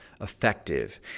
effective